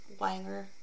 Wanger